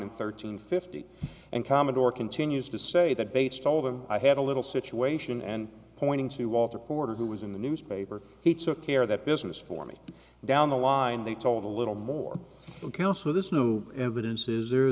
and thirteen fifty and commodore continues to say that bates told him i had a little situation and pointing to walter porter who was in the newspaper he took care of that business for me down the line they told a little more kelso this new evidence is there